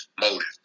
motive